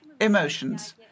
emotions